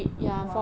!wow!